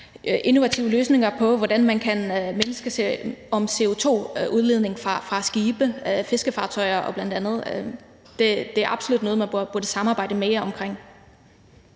innovative løsninger på, hvordan man kan mindske CO2-udledningen fra skibe, bl.a. fiskefartøjer. Det er absolut noget, man burde samarbejde mere omkring.